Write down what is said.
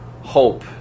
hope